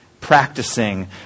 practicing